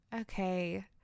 Okay